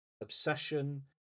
obsession